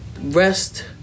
rest